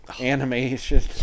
animation